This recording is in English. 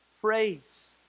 Praise